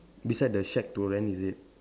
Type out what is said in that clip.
beside the shack to rent is it